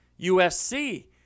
USC